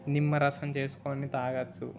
నిమ్మరసం చేసుకుని తాగవచు